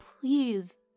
please